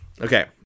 Okay